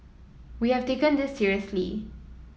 we have taken this seriously